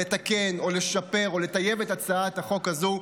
לתקן או לשפר או לטייב את הצעת החוק הזו,